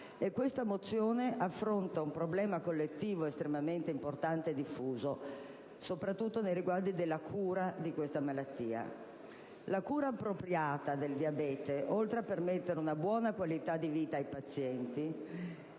(testo 2) affronta un problema collettivo estremamente importante e diffuso, soprattutto in relazione alla cura di tale malattia. La cura appropriata del diabete, oltre a permettere una buona qualità di vita ai pazienti,